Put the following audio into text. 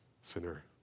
sinner